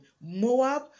moab